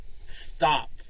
stop